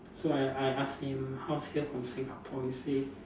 so I I ask him how's here from Singapore he say